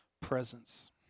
presence